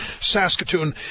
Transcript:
Saskatoon